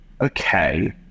okay